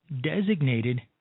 designated